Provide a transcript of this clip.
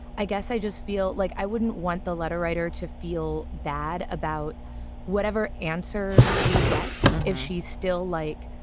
i guess i just feel like i wouldn't want the letter writer to feel bad about whatever answer she gets. if she's still like